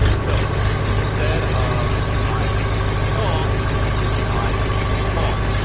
so instead of i thought it's i hot.